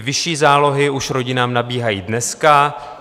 Vyšší zálohy už rodinám nabíhají dneska.